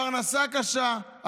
הפרנסה קשה,